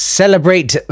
celebrate